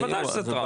בוודאי שזה טראומה.